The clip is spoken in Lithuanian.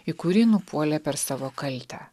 į kurį nupuolė per savo kaltę